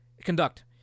Conduct